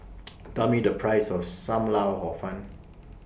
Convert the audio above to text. Tell Me The Price of SAM Lau Hor Fun